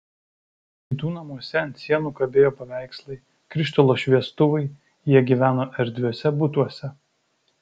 kitų namuose ant sienų kabėjo paveikslai krištolo šviestuvai jie gyveno erdviuose butuose